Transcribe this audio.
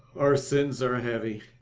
our sins are heavy!